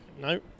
no